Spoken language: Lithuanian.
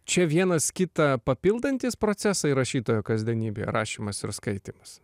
čia vienas kitą papildantys procesai rašytojo kasdienybėj rašymas ir skaitymas